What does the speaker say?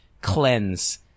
cleanse